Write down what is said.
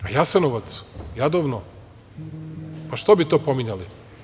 A Jasenovac, Jadovno, a što bi to pominjali?